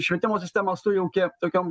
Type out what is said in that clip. švietimo sistemą sujaukė tokiom